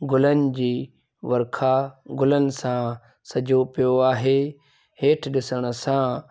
गुलनि जी वर्खा गुलनि सां सजो पियो आहे हेठि ॾिसण सां